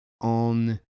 On